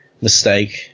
mistake